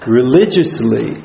religiously